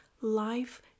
life